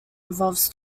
involves